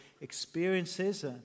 experiences